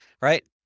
right